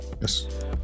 Yes